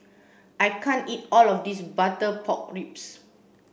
I can't eat all of this butter pork ribs